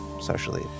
socially